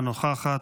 אינה נוכחת.